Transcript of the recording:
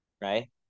Right